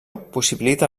possibilita